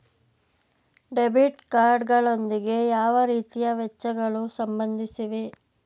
Debit card ಗಳೊಂದಿಗೆ ಯಾವ ರೀತಿಯ ವೆಚ್ಚಗಳು ಸಂಬಂಧಿಸಿವೆ?